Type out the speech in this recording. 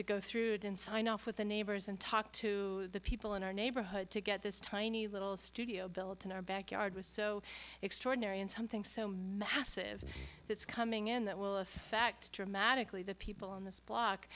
to go through didn't sign off with the neighbors and talk to the people in our neighborhood to get this tiny little studio built in our backyard was so extraordinary and something so massive that's coming in that will affect dramatically the people on this block